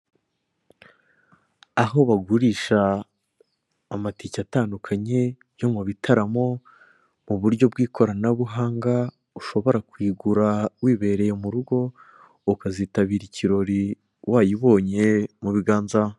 Aho bagurisha amatike atandukanye yo mubitaramo, mu buryo bw'ikoranabuhanga ushobora kuyigura wibereye murugo ukazitabira ikirori wayibonye mu biganza.